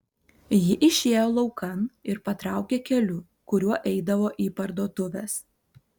ji išėjo laukan ir patraukė keliu kuriuo eidavo į parduotuves